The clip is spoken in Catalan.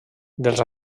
dels